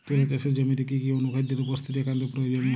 তুলা চাষের জমিতে কি কি অনুখাদ্যের উপস্থিতি একান্ত প্রয়োজনীয়?